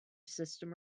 system